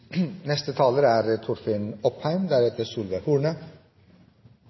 Neste taler er